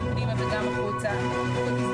גם פנימה וגם החוצה.